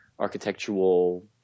Architectural